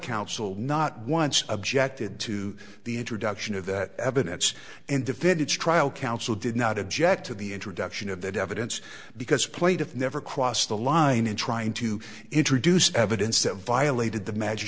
counsel not once objected to the introduction of that evidence and defendants trial counsel did not object to the introduction of that evidence because plaintiff never crossed the line in trying to introduce evidence that violated the magi